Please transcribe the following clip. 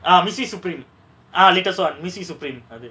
ah missy supreme ah latest [one] missy supreme அது:athu